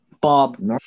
Bob